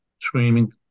screaming